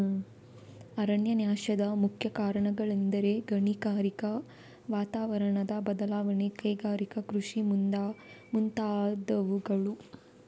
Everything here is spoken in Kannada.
ಅರಣ್ಯನಾಶದ ಮುಖ್ಯ ಕಾರಣಗಳೆಂದರೆ ಗಣಿಗಾರಿಕೆ, ವಾತಾವರಣದ ಬದಲಾವಣೆ, ಕೈಗಾರಿಕಾ ಕೃಷಿ ಮುಂತಾದವುಗಳು